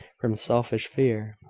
from selfish fear,